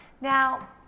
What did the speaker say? Now